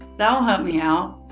that will help me out.